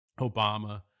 Obama